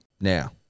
Now